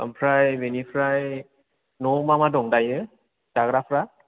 ओमफ्राय बेनिफ्राय न'आव मा मा दं दायो जाग्राफ्रा